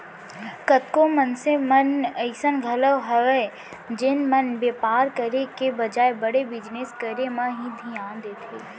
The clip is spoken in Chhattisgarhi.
कतको मनसे मन अइसन घलौ हवय जेन मन बेपार करे के बजाय बड़े बिजनेस करे म ही धियान देथे